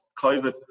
COVID